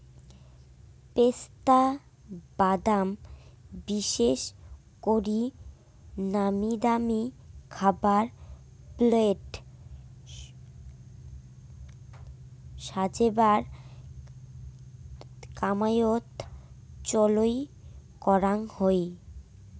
পেস্তা বাদাম বিশেষ করি নামিদামি খাবার প্লেট সাজেবার কামাইয়ত চইল করাং হই